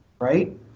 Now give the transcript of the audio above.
Right